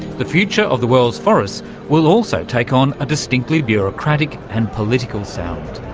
the future of the world's forests will also take on a distinctly bureaucratic and political sound.